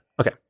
Okay